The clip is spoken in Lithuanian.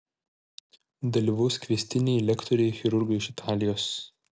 dalyvaus kviestiniai lektoriai chirurgai iš italijos